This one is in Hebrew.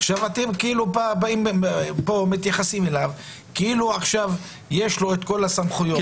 עכשיו אתם באים לפה ומתייחסים אליו כאילו עכשיו יש לו את כל הסמכויות.